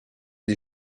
des